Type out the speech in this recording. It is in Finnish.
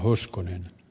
arvoisa puhemies